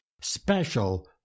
special